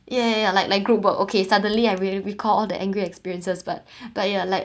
ya ya ya like like group work okay suddenly I re~ recall the angry experiences but but ya like